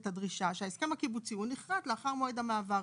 את הדרישה שההסכם הקיבוצי הוא נכרת לאחר מועד המעבר?